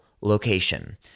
location